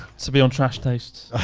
to be on trash taste.